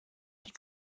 die